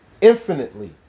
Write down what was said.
infinitely